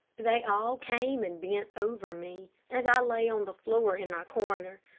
they all came and bent over me, as i lay on the floor in my corner.